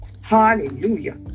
Hallelujah